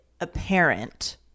apparent